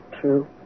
true